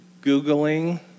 Googling